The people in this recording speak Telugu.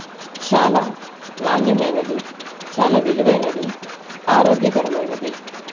చాలా నాణ్యమైనది చాలా విలువైనది ఆరోగ్యకరమైనది